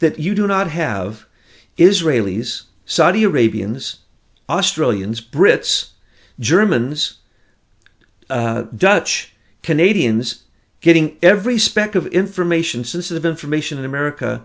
that you do not have israelis saudi arabians australians brits germans dutch canadians getting every speck of information system of information in america